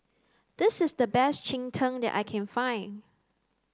this is the best Cheng Tng that I can find